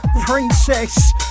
Princess